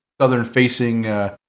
southern-facing